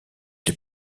les